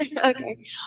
Okay